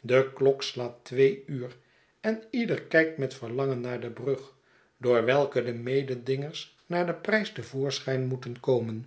de klok slaat twee uur en ieder kijkt met verlangen naar de brug door welke de mededingers naar den prijs te voorschijn moeten komen